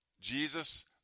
Jesus